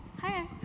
Hi